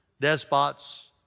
despots